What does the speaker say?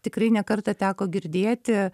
tikrai ne kartą teko girdėti